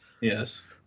Yes